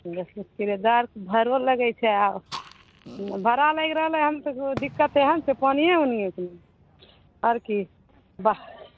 किरदारके भारो लगैत छै आ भारा लगि रहलनि हन तऽ दिक्कत एहन छै पानिए ओनीके नहि आर की बाह